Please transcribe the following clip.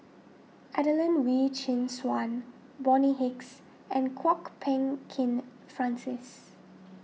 Adelene Wee Chin Suan Bonny Hicks and Kwok Peng Kin Francis